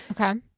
Okay